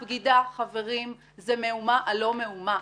הבגידה, חברים, זה מהומה על לא מאומה.